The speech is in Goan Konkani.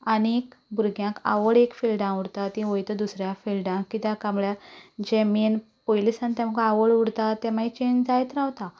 आनी भुरग्यांक आवड एक फिल्डांत आवडटा ती वयतात दुसऱ्या फिल्डांत कित्याक काय म्हणल्यार जे मेन पयलीं सावन तांकां आवड उरता तें मागीर चॅंज जायत रावता